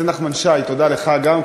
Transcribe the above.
נחמן שי, תודה גם לך.